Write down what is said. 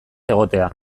egotea